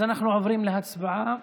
אז אנחנו עוברים להצבעה.